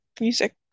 music